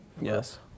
Yes